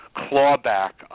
clawback